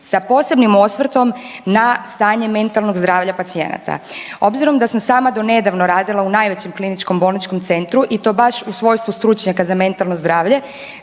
sa posebnim osvrtom na stanje mentalnog zdravlja pacijenata. Obzirom da sam sama donedavno radila u najvećem kliničkom bolničkom centru i to baš u svojstvu stručnjaka za mentalno zdravlje,